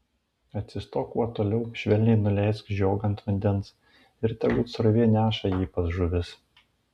atsistok kuo toliau švelniai nuleisk žiogą ant vandens ir tegu srovė neša jį pas žuvis